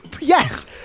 Yes